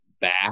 back